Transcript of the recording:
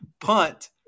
punt